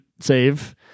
save